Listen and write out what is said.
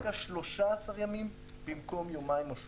פרקה 13 ימים במקום יומיים או שלושה.